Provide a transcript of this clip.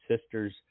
sisters